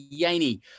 Yaney